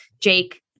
Jake